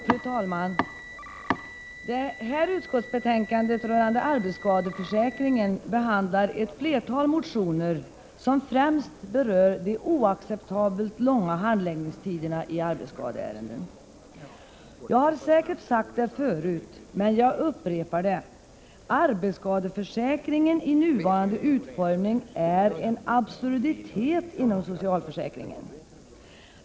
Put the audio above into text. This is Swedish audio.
Fru talman! Utskottsbetänkandet rörande arbetsskadeförsäkringen behandlar ett flertal motioner, som främst berör de oacceptabelt långa handläggningstiderna i arbetsskadeärenden. Jag har sagt det förut och jag upprepar det: arbetsskadeförsäkringen i nuvarande utformning är en absurditet inom socialförsäkringen.